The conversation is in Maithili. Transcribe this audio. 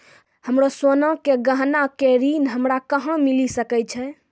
हमरो सोना के गहना पे ऋण हमरा कहां मिली सकै छै?